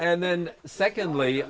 and then secondly